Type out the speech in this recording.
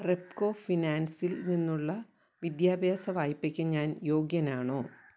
റെപ്കോ ഫിനാൻസിൽ നിന്നുള്ള വിദ്യാഭ്യാസ വായ്പയ്ക്ക് ഞാൻ യോഗ്യനാണോ